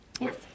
Yes